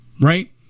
right